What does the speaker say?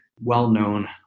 well-known